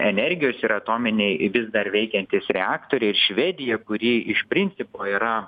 energijos ir atominiai vis dar veikiantys reaktorius ir švedija kuri iš principo yra